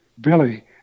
Billy